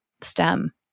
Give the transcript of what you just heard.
STEM